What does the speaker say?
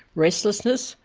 restlessness,